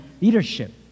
leadership